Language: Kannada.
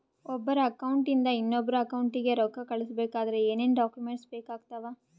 ಒಬ್ಬರ ಅಕೌಂಟ್ ಇಂದ ಇನ್ನೊಬ್ಬರ ಅಕೌಂಟಿಗೆ ರೊಕ್ಕ ಕಳಿಸಬೇಕಾದ್ರೆ ಏನೇನ್ ಡಾಕ್ಯೂಮೆಂಟ್ಸ್ ಬೇಕಾಗುತ್ತಾವ?